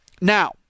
Now